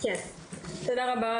תודה רבה,